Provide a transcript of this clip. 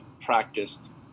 practiced